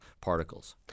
particles